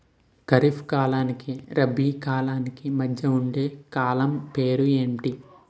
ఖరిఫ్ కాలానికి రబీ కాలానికి మధ్య ఉండే కాలం పేరు ఏమిటి?